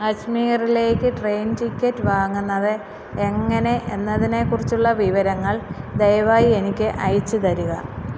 അജ്മീറിലേക്ക് train ticket വാങ്ങുന്നത് എങ്ങനെ എന്നതിനെക്കുറിച്ചുള്ള വിവരങ്ങൾ ദയവായി എനിക്ക് അയച്ച് തരിക